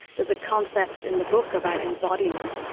there's a concept in the book about embodiment,